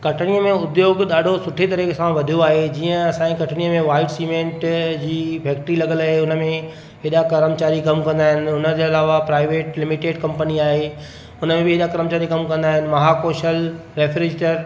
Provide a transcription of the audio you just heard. कटनीअ में उद्योग ॾाढो सुठी तरीक़े सां वधियो आहे जीअं असांजे कटनीअ में वाइट सीमेंट जी फैक्ट्री लॻियलु आहे उन में हेॾा कर्मचारी कमु कंदा आहिनि हुन जे अलावा प्राइवेट लिमिटेड कंपनी आहे हुन में बि एॾा कर्मचारी कमु कंदा आहिनि महाकौशल रेफ्रीज्टर